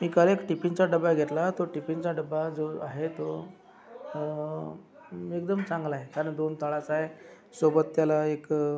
एकावर एक टिफिनचा डबा घेतला तो टिफिनचा डबा जो आहे तो एकदम चांगला आहे खालून दोन तळाचा आहे सोबत त्याला एक